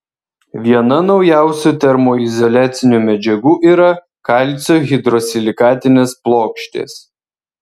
viena naujausių termoizoliacinių medžiagų yra kalcio hidrosilikatinės plokštės